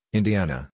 Indiana